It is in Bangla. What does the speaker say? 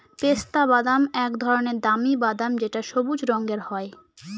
পেস্তা বাদাম এক ধরনের দামি বাদাম যেটা সবুজ রঙের হয়